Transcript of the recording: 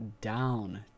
down